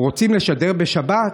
רוצים לשדר בשבת?